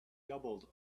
doubled